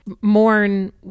mourn